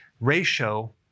ratio